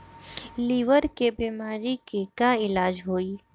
Liver के बीमारी के का इलाज होई?